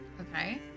Okay